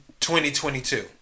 2022